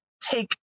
take